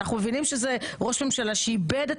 אנחנו מבינים שזה ראש ממשלה שאיבד את